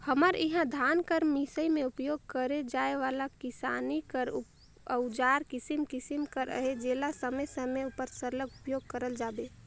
हमर इहा धान कर मिसई मे उपियोग करे जाए वाला किसानी कर अउजार किसिम किसिम कर अहे जेला समे समे उपर सरलग उपियोग करत पाबे